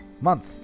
month